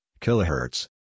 kilohertz